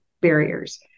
barriers